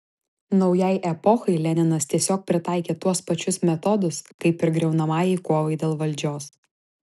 naujai epochai leninas tiesiog pritaikė tuos pačius metodus kaip ir griaunamajai kovai dėl valdžios